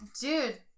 Dude